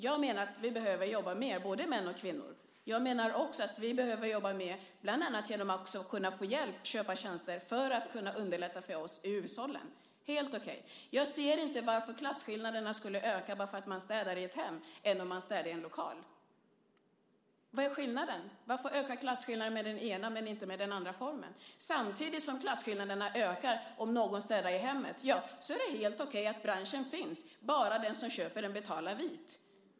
Jag menar att både män och kvinnor behöver jobba mer. Jag menar också att vi ska kunna jobba mer bland annat genom att kunna få hjälp, att kunna köpa tjänster som underlättar för oss i hushållen - helt okej. Jag ser inte varför klasskillnaderna skulle öka bara för att man städar i ett hem i stället för i en lokal. Vad är skillnaden? Varför ökar klasskillnaderna med den ena formen men inte med den andra? Samtidigt som ni säger att klasskillnaderna ökar om någon städar i hemmet är det tydligen helt okej att branschen finns, bara den som köper tjänsten betalar vitt.